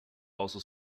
also